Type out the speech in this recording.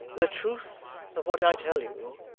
the truth of what i tell you,